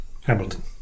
Hamilton